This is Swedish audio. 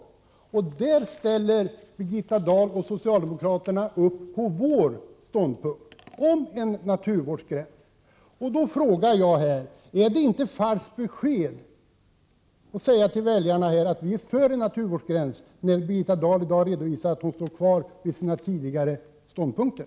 I denna enkät ställde Birgitta Dahl och socialdemokraterna upp på vår ståndpunkt om en naturvårdsgräns. Är det inte ett falskt besked att säga till väljarna att man är för en naturvårdsgräns, när Birgitta Dahl i dag redovisar att hon står fast vid sina tidigare ståndpunkter?